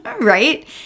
right